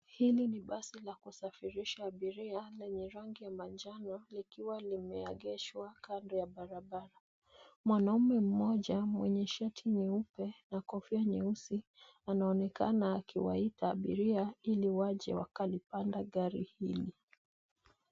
Hili ni basi la kusafirisha abiria lenye rangi ya manjano likiwa limeegeshwa kando ya barabara. Mwanamume mmoja mwenye shati nyeupe na kofia nyeusi anaonekana akiwaita abiria ili waje wakalipanda gari hili.